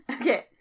Okay